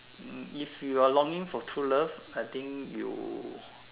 if you are longing for true love I think you